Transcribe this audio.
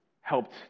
helped